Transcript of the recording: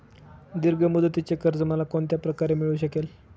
दीर्घ मुदतीचे कर्ज मला कोणत्या प्रकारे मिळू शकेल?